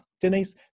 Denise